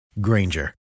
Granger